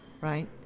right